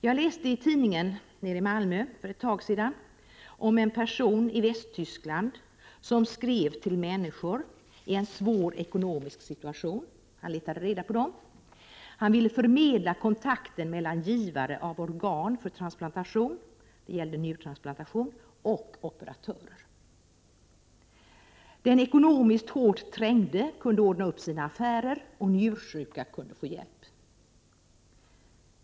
Jag läste i en tidning, nere i Malmö för ett tag sedan, om en person i Västtyskland som skrev till människor som befann sig i en svår ekonomisk situation. Han letade reda på dem. Han ville förmedla kontakt mellan givare av organ för transplantation — det gällde njurtransplantation — och operatörer. Den ekonomiskt hårt trängde kunde ordna upp sina affärer, och njursjuka kunde få hjälp.